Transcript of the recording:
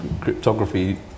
cryptography